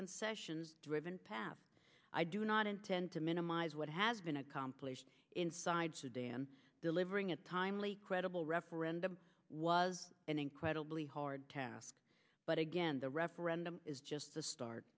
concessions driven path i do not intend to minimize what has been accomplished inside sudan delivering a timely credible referendum was an incredibly hard task but again the referendum is just the start